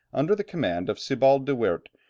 under the command of sebald de weerdt,